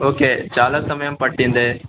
okay చాలా సమయం పట్టింది